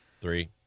three